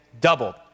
Doubled